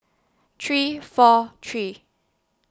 three four three